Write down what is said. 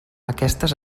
aquestes